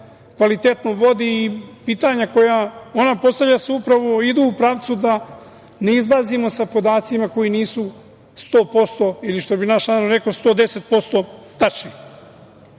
kvalitetno vodi i pitanja koja ona postavlja upravo i idu u pravcu da ne izlazimo sa podacima koji nisu 100% ili što bi naš narod rekao, 110%